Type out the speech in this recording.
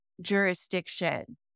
jurisdiction